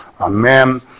Amen